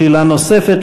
שאלה נוספת,